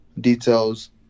details